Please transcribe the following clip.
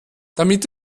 damit